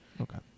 okay